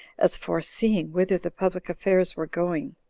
as foreseeing whither the public affairs were going,